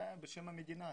בשם המדינה,